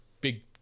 Big